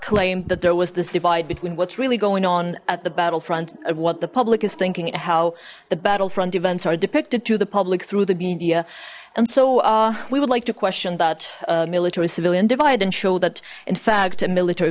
claimed that there was this divide between what's really going on at the battlefront and what the public is thinking how the battlefront events are depicted to the public through the media and so we would like to question that military civilian divide and show that in fact a military